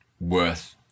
worth